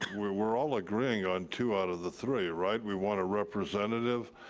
we're we're all agreeing on two out of the three, right? we want a representative